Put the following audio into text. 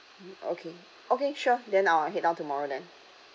okay okay sure then I'll head down tomorrow then